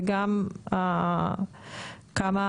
וגם כמה,